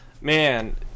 man